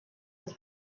des